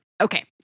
Okay